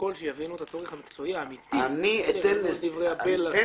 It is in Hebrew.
לפרוטוקול שיבינו את הצורך המקצועי האמיתי לאור דברי הבלע של חאג' יחיא.